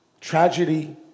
Tragedy